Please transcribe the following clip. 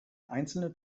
einzelne